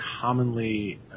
commonly